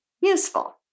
useful